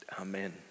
Amen